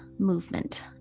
movement